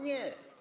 Nie.